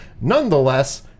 nonetheless